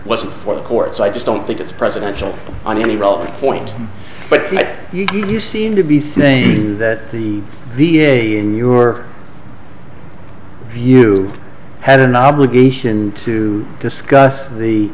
wasn't for the courts i just don't think it's presidential on any relevant point but you seem to be saying that the v a in your view had an obligation to discuss the